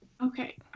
Okay